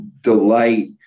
delight